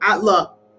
look